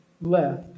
left